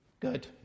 Good